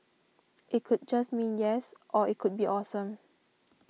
it could just mean yes or it could be awesome